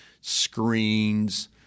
screens